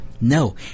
No